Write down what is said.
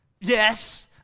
Yes